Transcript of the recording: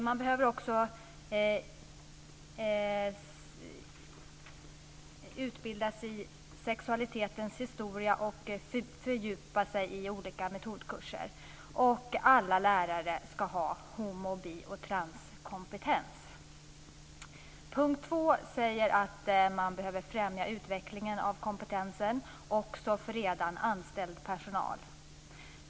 Man behöver också utbildas i sexualitetens historia och fördjupa sig i olika metodkurser, och alla lärare ska ha homo-, bi och transkompetens. Under punkt 2 säger man att man behöver främja utvecklingen av kompetensen också för redan anställd personal.